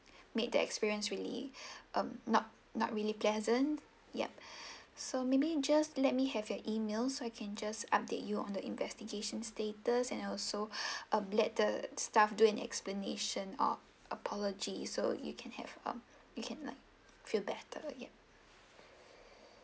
made the experience really um not not really pleasant yup so maybe just let me have your emails so I can just update you on the investigation status and also uh let the staff do an explanation or apology so you can have um you can like feel better ya